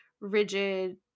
rigid